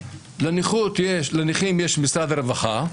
לנכים יש משרד הרווחה,